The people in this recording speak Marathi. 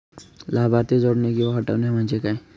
लाभार्थी जोडणे किंवा हटवणे, म्हणजे काय?